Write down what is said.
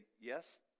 yes